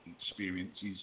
experiences